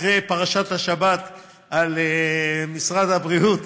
אחרי פרשת השבת, על משרד הבריאות.